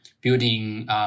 building